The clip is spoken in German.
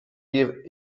wir